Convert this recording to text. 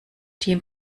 team